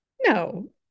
No